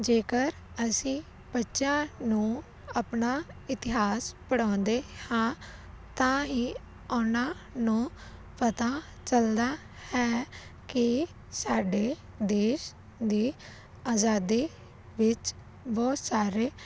ਜੇਕਰ ਅਸੀਂ ਬੱਚਿਆਂ ਨੂੰ ਆਪਣਾ ਇਤਿਹਾਸ ਪੜ੍ਹਾਉਂਦੇ ਹਾਂ ਤਾਂ ਹੀ ਉਹਨਾਂ ਨੂੰ ਪਤਾ ਚਲਦਾ ਹੈ ਕਿ ਸਾਡੇ ਦੇਸ਼ ਦੇ ਆਜ਼ਾਦੀ ਵਿੱਚ ਬਹੁਤ ਸਾਰੇ